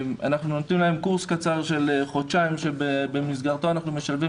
אנחנו נותנים להם קורס קצר של חודשיים שבמסגרתו אנחנו משלבים